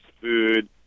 food